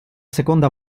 seconda